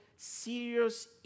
serious